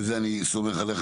ובזה אני סומך עליך,